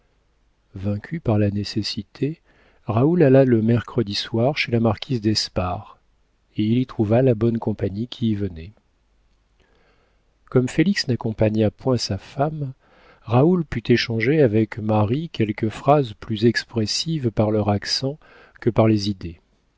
vaincu par la nécessité raoul alla le mercredi soir chez la marquise d'espard et il y trouva la bonne compagnie qui y venait comme félix n'accompagna point sa femme raoul put échanger avec marie quelques phrases plus expressives par leur accent que par les idées